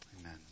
amen